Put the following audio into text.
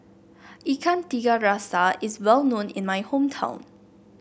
Ikan Tiga Rasa is well known in my hometown